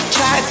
Try